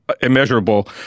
immeasurable